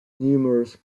numerous